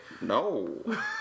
No